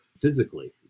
physically